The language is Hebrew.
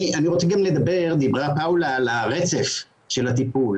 דיברה פאולה על הרצף של הטיפול.